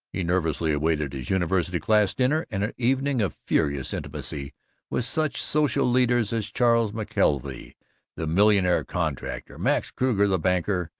he nervously awaited his university class-dinner and an evening of furious intimacy with such social leaders as charles mckelvey the millionaire contractor, max kruger the banker,